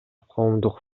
коомдук